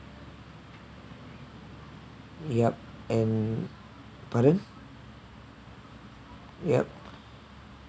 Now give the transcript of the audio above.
yup and pardon yup